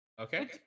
Okay